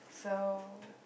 so